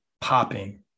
popping